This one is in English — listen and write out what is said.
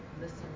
listen